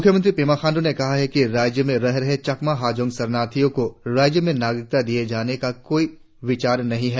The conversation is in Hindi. मुख्यमंत्री पेमा खांड्र ने कहा है कि राज्य में रह रहे चकमा हाजोंग शरणार्थियों को राज्य में नागरिकता दिये जाने का कोई विचार नहीं है